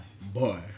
Boy